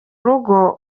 urugo